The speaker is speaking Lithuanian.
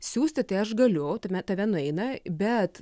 siųsti tai aš galiu tave nueina bet